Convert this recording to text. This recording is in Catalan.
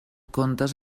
contes